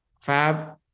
Fab